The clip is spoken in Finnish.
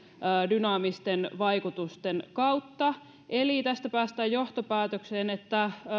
dynaamisten vaikutusten kautta eli tästä päästään johtopäätökseen että